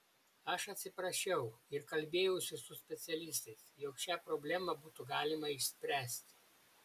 aš atsiprašiau ir kalbėjausi su specialistais jog šią problemą būtų galima išspręsti